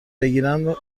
بگیرند